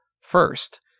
first